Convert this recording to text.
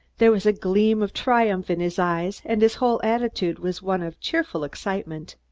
there was a gleam of triumph in his eyes and his whole attitude was one of cheerful excitement.